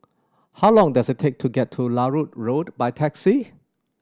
how long does it take to get to Larut Road by taxi